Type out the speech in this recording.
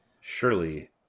Surely